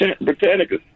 Britannica